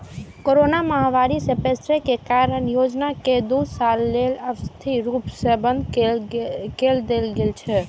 corona महामारी पसरै के कारण एहि योजना कें दू साल लेल अस्थायी रूप सं बंद कए देल गेल छै